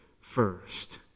first